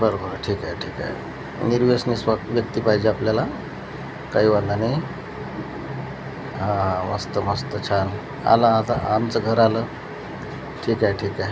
बरं बरं ठीकय ठीकय निर्व्यसनीच फ व्यक्ती पायजे आपल्याला काई वांदा नाई हां हां मस्त मस्त छान आलं आता आमचं घर आलं ठीकय ठीकय